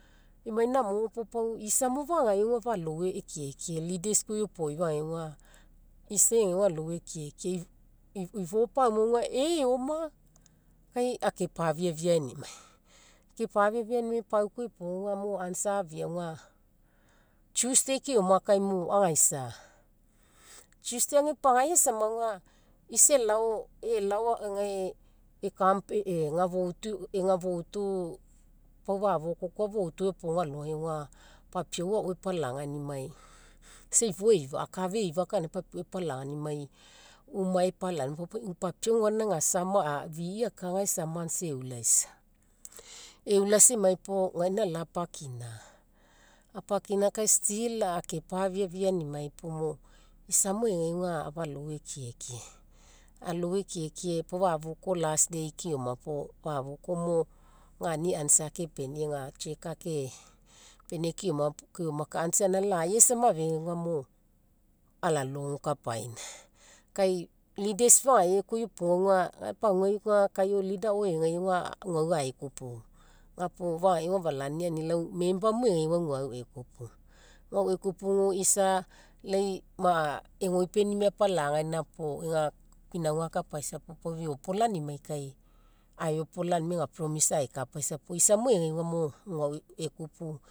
Emai namo puo pau, isa mo fagagai aga lau afa alou ekiekie leaders koa iopoi fagaiai aga isa egai alou ekiekie. Ifo pauma eehh eoma, kai ake pafiafiainimai. Ake pafiafiainimai pau koa iopoga aga mo answer afia aga tuesday keoma kaimo, agaisa. Tuesday agepagai samaga isa elao, elao gae e'campaign ega voutu, pau fafoko koa voutu iopoga alogai aga papiau ao epalagainimai. Isa ifo eifa akafa eifa kainai papiau epalagainimai vi'i akagai samans eulaisa. Eulaisa emai puo gaina lapakina. Apakina kai still ake pafiafiainimai puo isa mo egai aga lau afa alou ekiekie. Alou ekiekie pau fafoko last day keoma puo fafoko mo gani answer ake penia ega cheque ake penia keoma puo answer gaina lai aisama afegai mo alalogo kapaina. Kai leaders fagaiai koa iopoga aga gae paguai aga kai ao leader ao egai aga, guau aekupu. Ga puo fagaiai afalaniniani lau member mo egai lau guau ekupu. Guau ekupu aga isa laii ma, egpoipenimai apalagaina puo ega pinauga akapaisa puo feopolanimai kai aeopolanimai ega promise aekapaisa puo isa mo egai aga mo lau guau ekupu